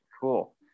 Cool